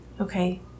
Okay